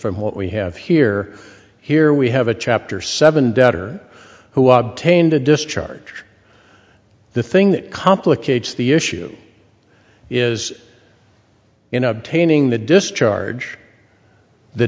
from what we have here here we have a chapter seven debtor who the discharge the thing that complicates the issue is in obtaining the discharge the